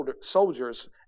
soldiers